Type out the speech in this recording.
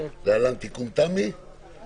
אציע קודם כל את ההצעה שדיברנו עליה עכשיו.